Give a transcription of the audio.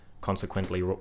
consequently